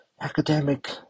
academic